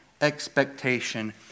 expectation